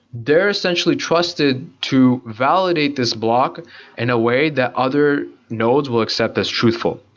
they're essentially trusted to validate this block in a way that other nodes will accept this truthful.